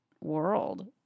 world